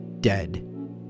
Dead